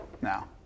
now